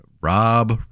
Rob